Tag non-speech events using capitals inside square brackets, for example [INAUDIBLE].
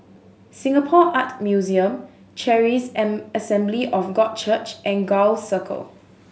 Singapore Art Museum Charis [UNINTELLIGIBLE] Assembly of God Church and Gul Circle